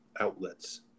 outlets